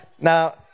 Now